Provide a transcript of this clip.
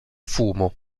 fumo